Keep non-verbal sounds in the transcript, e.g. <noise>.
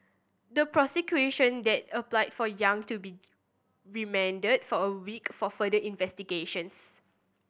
the prosecution <unintelligible> applied for Yang to be remanded for a week for further investigations